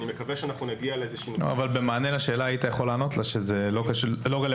ואני מקווה שאנחנו נגיע ל היית יכול לענות לה שזה לא רלוונטי